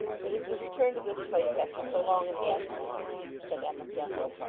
it is the return to this place after so long an absence said emma gently.